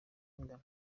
ingano